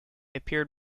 appeared